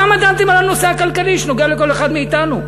כמה דנתם על הנושא הכלכלי, שנוגע לכל אחד מאתנו?